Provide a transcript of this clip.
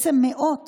מאות